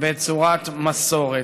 בצורת מסורת.